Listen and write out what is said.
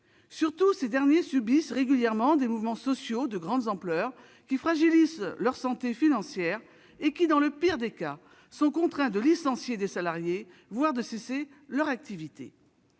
Surtout, ces derniers subissent régulièrement les effets de mouvements sociaux de grande ampleur, qui fragilisent leur santé financière, et, dans le pire des cas, ils sont contraints de licencier des salariés, voire de cesser leur activité.